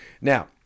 Now